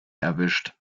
erwischt